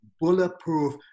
bulletproof